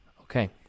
Okay